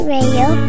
Radio